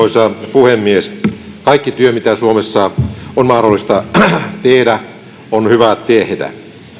puhemies kaikki työ mitä suomessa on mahdollista tehdä on hyvä tehdä